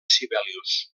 sibelius